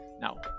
now